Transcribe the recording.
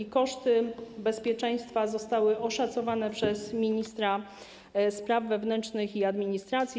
Wydatki dotyczące bezpieczeństwa zostały oszacowane przez ministra spraw wewnętrznych i administracji.